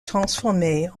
transformée